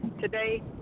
today